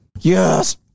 Yes